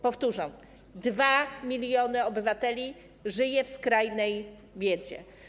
Powtórzę: 2 mln obywateli żyje w skrajnej biedzie.